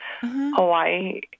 Hawaii